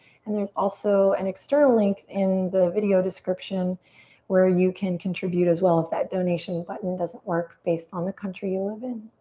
and there's also an external link in the video description where you can contribute as well if that donation button doesn't work based on the country you live in.